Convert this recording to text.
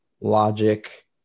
logic